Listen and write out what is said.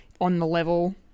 on-the-level